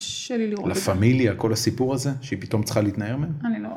לה פמיליה כל הסיפור הזה שהיא פתאום צריכה להתנער מהם.